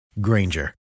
Granger